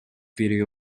video